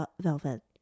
velvet